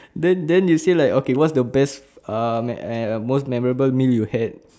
then then you say like okay what's the best ah me~ most memorable meal you had